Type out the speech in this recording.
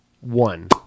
One